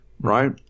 right